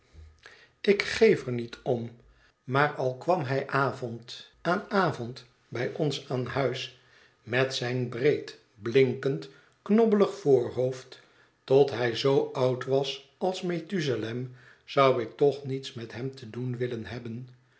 ik geef er niet om maar al kwam hij avond aan avond bij ons aan huis met zijn breed blinkend knobbelig voorhoofd tot hij zoo oud was als methusalem zou ik toch niets met hem te doen willen hebben